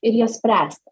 ir jas spręsti